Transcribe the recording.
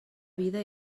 vida